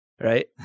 right